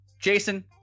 jason